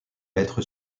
lettre